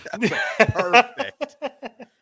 Perfect